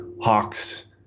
hawks